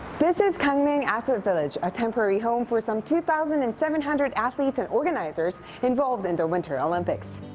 this is gangneung athlete village, a temporary home for some two thousand and seven hundred athletes and organizers involved in the winter olympics.